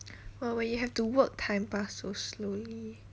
but when you have to work time pass so slowly